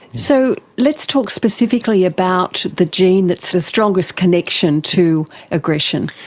so let's talk specifically about the gene that's the strongest connection to aggression.